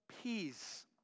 peace